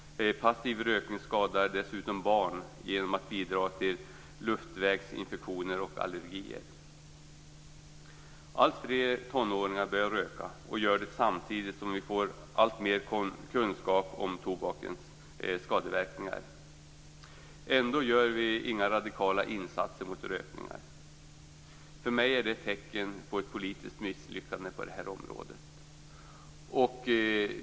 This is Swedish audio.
Passiv rökning skadar dessutom barn genom att bidra till luftvägsinfektioner och allergier. Alltfler tonåringar börjar röka, och gör det samtidigt som vi får alltmer kunskap om tobakens skadeverkningar. Ändå gör vi inga radikala insatser mot rökningen. För mig är det ett tecken på ett politiskt misslyckande på det här området.